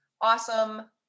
awesome